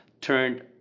turned